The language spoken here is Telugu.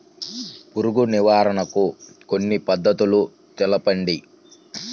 పురుగు నివారణకు కొన్ని పద్ధతులు తెలుపండి?